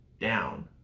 down